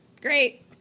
Great